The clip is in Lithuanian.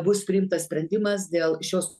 bus priimtas sprendimas dėl šios